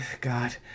God